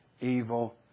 Evil